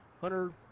Hunter